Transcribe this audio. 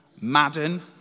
madden